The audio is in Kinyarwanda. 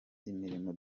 imirimo